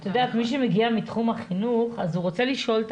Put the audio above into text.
מי שמגיע מתחום החינוך רוצה לשאול את